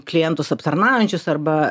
klientus aptarnaujančius arba